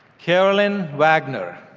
carolyn wagner